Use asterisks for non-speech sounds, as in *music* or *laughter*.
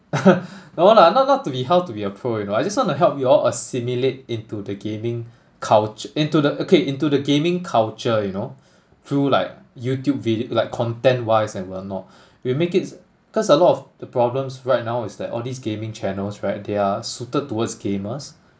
*laughs* no lah not not to be how to be a pro you know I just wanna help you all assimilate into the gaming cultu~ into the okay into the gaming culture you know through like youtube vi~ like content wise and whatnot we'll make it cause a lot of the problems right now is that all these gaming channels right they are suited towards gamers